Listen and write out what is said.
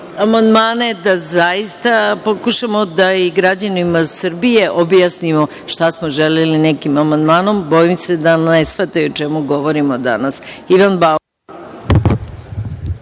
amandmane da zaista pokušamo da i građanima Srbije objasnimo šta smo želeli nekim amandmanom, bojim se da ne shvataju o čemu govorimo danas. Reč